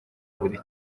buri